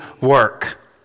work